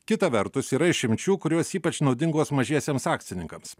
kita vertus yra išimčių kurios ypač naudingos mažiesiems akcininkams